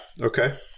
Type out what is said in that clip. Okay